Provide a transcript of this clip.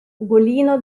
ugolino